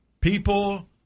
People